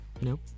Nope